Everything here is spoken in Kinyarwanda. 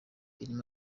irimo